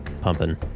pumping